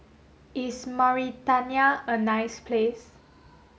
is Mauritania a nice place